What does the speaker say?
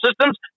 systems